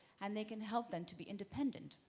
and they can help them to be independent.